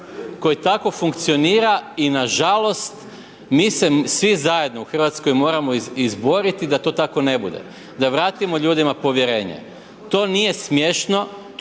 koji tako funkcionira i nažalost mi se svi zajedno u Hrvatskoj moramo izboriti da to tako ne bude, da vratimo ljudima povjerenje. To nije smiješno,